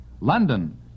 London